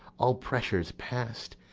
all pressures past,